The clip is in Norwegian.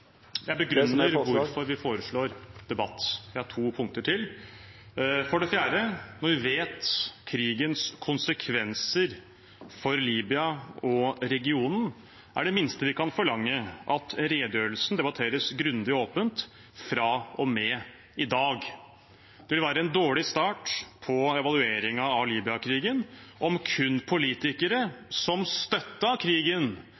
Jeg begrunner hvorfor vi foreslår debatt. Jeg har to punkter til. For det tredje: Når vi vet om krigens konsekvenser for Libya og regionen, er det minste vi kan forlange, at redegjørelsen debatteres grundig og åpent fra og med i dag. Det vil være en dårlig start på evalueringen av Libya-krigen om kun